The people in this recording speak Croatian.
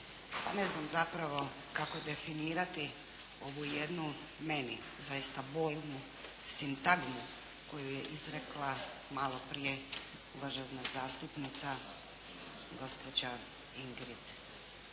Ne znam zapravo kako definirati ovu jednu, meni zaista bolnu sintagmu koju je izrekla malo prije uvažena zastupnica gospođa Ingrid